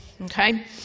Okay